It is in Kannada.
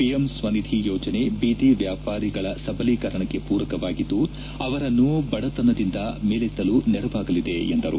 ಪಿಎಂ ಸ್ವನಿಧಿ ಯೋಜನೆ ಬೀದಿ ವ್ಯಾಪಾರಿಗಳ ಸಬಲೀಕರಣಕ್ಕೆ ಪೂರಕವಾಗಿದ್ದು ಅವರನ್ನು ಬಡತನದಿಂದ ಮೇಲೆತ್ತಲು ನೆರವಾಗಲಿದೆ ಎಂದು ತಿಳಿಸಿದ್ದಾರೆ